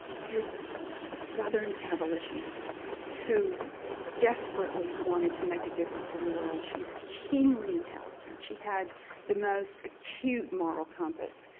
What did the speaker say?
here's a southern abolitionist who desperately wanted to make a difference in the world. she was keenly intelligent. she had the most acute moral compass.